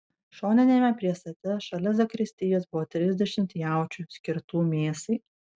šoniniame priestate šalia zakristijos buvo trisdešimt jaučių skirtų mėsai